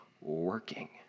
working